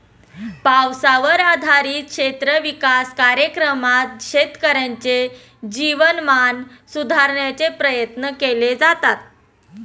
पावसावर आधारित क्षेत्र विकास कार्यक्रमात शेतकऱ्यांचे जीवनमान सुधारण्याचे प्रयत्न केले जातात